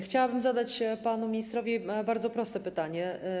Chciałabym zadać panu ministrowi bardzo proste pytanie.